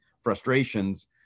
frustrations